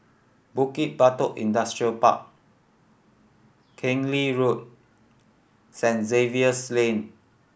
Bukit Batok Industrial Park Keng Lee Road Saint Xavier's Lane